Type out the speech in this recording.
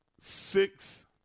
Six